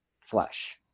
flesh